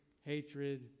hatred